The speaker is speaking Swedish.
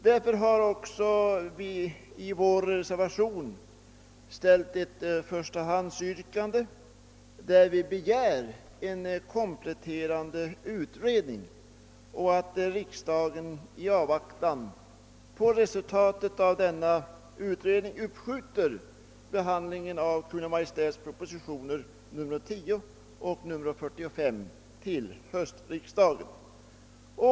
Där för har vi också i vår reservation ställt ett förstahandsyrkande, där vi begär dels en kompletterande utredning, dels att riksdagen i avvaktan på resultatet av denna utredning uppskjuter behandlingen av Kungl. Maj:ts propositioner nr 10 och 45 till höstriksdagen.